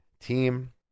team